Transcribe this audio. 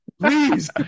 please